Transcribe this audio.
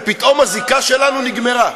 ופתאום הזיקה שלנו נגמרה.